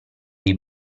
dei